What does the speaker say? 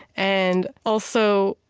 and also,